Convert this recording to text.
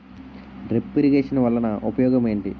drip irrigation వలన ఉపయోగం ఏంటి